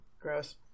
Gross